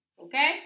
Okay